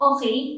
Okay